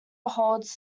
holds